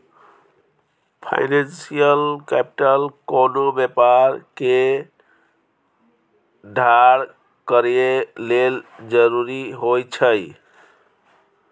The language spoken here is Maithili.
फाइनेंशियल कैपिटल कोनो व्यापार के ठाढ़ करए लेल जरूरी होइ छइ